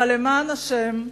אבל למען השם,